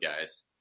guys